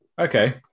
Okay